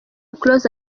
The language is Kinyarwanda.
close